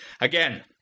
again